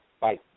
bye